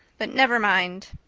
but never mind.